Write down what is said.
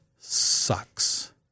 sucks